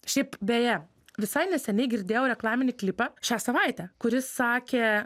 šiaip beje visai neseniai girdėjau reklaminį klipą šią savaitę kuris sakė